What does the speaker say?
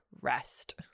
rest